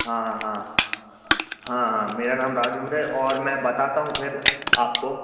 हाँ हाँ हाँ हाँ मेरा नाम राज हैं और मैं बताता हूँ फिर आपको